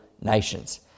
nations